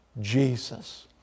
Jesus